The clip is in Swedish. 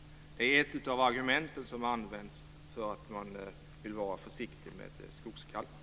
Det är ett av de argument som används för att man vill vara försiktig med skogskalkning.